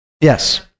Yes